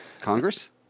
Congress